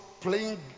playing